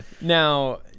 Now